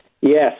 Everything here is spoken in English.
Yes